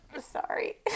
sorry